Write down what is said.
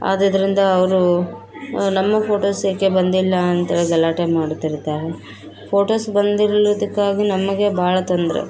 ಅದ್ದರಿಂದ ಅವರು ನಮ್ಮ ಫೋಟೋಸ್ ಏಕೆ ಬಂದಿಲ್ಲ ಅಂತ ಗಲಾಟೆ ಮಾಡುತ್ತಿರುತ್ತಾರೆ ಫೋಟೋಸ್ ಬಂದಿಲ್ಲದ್ದಕ್ಕಾಗಿ ನಮಗೆ ಭಾಳ ತೊಂದರೆ